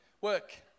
work